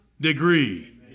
degree